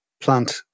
plant